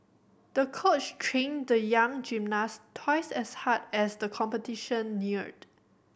the coach trained the young gymnast twice as hard as the competition neared